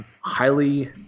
highly